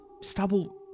stubble